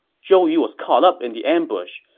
zhou yu was caught up in the ambush.